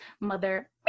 mother